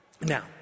Now